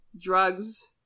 drugs